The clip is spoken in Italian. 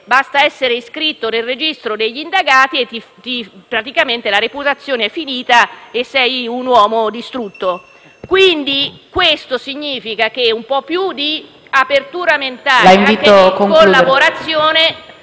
basta essere iscritto nel registro degli indagati e praticamente la tua reputazione è finita e sei un uomo distrutto. Questo significa che un po' più di apertura mentale e di collaborazione